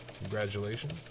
congratulations